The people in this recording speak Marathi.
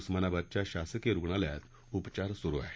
उस्मानाबादच्या शासकीय रूग्णालयात उपचार सुरू आहेत